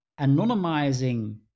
anonymizing